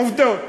עובדות.